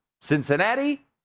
Cincinnati